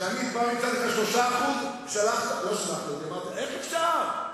כשהצעתי לך פעם 3%, אמרת: איך אפשר?